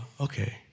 okay